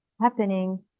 happening